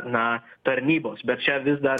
na tarnybos bet čia vis dar